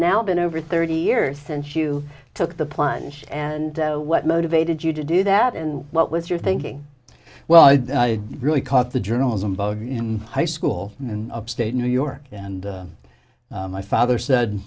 now been over thirty years since you took the plunge and what motivated you to do that and what was your thinking well i really caught the journalism bug in high school in upstate new york and my father said